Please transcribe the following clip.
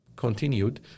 Continued